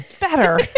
better